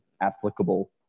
applicable